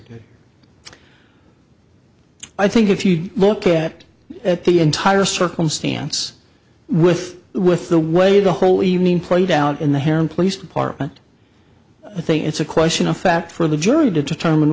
did i think if you look at at the entire circumstance with with the way the whole evening played out in the hair and police department i think it's a question of fact for the jury to determine